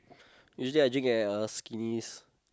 usually I drink at a Skinnies